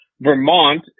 Vermont